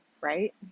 right